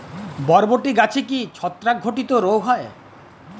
বরবটি গাছে কি ছত্রাক ঘটিত রোগ হয়?